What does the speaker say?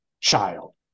child